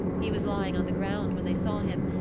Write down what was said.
he was lying on the ground when they saw him,